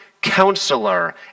counselor